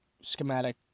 schematic